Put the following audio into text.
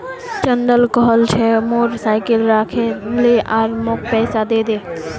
चंदन कह छ मोर साइकिल राखे ले आर मौक पैसा दे दे